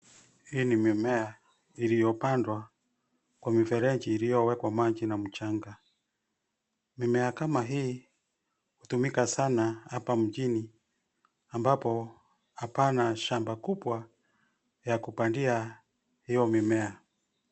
Hii ni mimea iliyopandwa kwa mifereji iliyowekwa maji na mchanga. Mimea kama hii hutumika sana hapa mjini ambapo hapana shamba kubwa ya kupandia hio mimea.